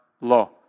law